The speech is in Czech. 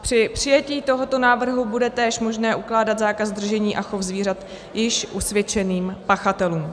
Při přijetí tohoto návrhu bude též možné ukládat zákaz držení a chov zvířat již usvědčeným pachatelům.